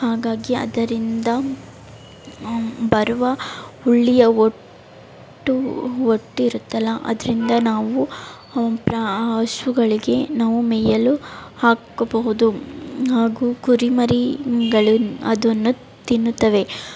ಹಾಗಾಗಿ ಅದರಿಂದ ಬರುವ ಹುರುಳಿಯ ಒಟ್ಟು ಒಟ್ಟಿರುತ್ತಲ್ಲ ಅದರಿಂದ ನಾವು ಪ್ರಾ ಹಸುಗಳಿಗೆ ನಾವು ಮೇಯಲು ಹಾಕಬಹುದು ಹಾಗೂ ಕುರಿಮರಿಗಳು ಅದನ್ನು ತಿನ್ನುತ್ತವೆ